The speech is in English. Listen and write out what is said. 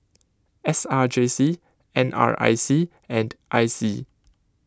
S R J C N R I C and I C